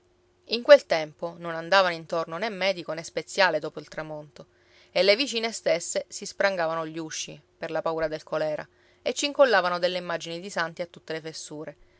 in quel tempo non andavano intorno né medico né speziale dopo il tramonto e le vicine stesse si sprangavano gli usci per la paura del colèra e ci incollavano delle immagini di santi a tutte le fessure